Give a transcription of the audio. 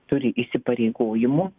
turi įsipareigojimų